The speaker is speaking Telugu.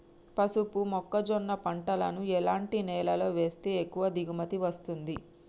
పసుపు మొక్క జొన్న పంటలను ఎలాంటి నేలలో వేస్తే ఎక్కువ దిగుమతి వస్తుంది?